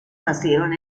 nacieron